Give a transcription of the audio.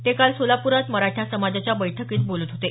ते काल सोलाप्रात मराठा समाजाच्या बैठकीत बोलत होते